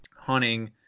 hunting